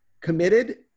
committed